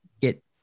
get